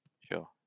Sure